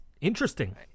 interesting